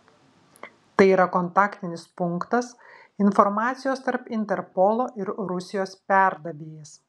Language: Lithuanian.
tai yra kontaktinis punktas informacijos tarp interpolo ir rusijos perdavėjas